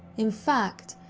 in fact,